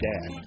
Dad